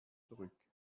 zurück